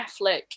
Affleck